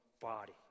body